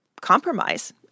compromise